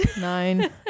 Nein